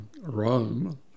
Rome